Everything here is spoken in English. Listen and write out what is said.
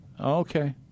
okay